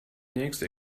nächste